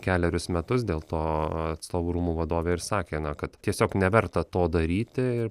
kelerius metus dėl to atstovų rūmų vadovė ir sakė na kad tiesiog neverta to daryti